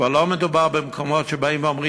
כבר לא מדובר במקומות שבאים ואומרים,